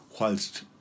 whilst